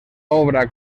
obra